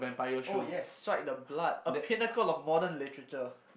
oh yes strike the blood a pinnacle of modern literature